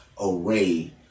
array